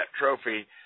trophy